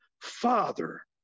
Father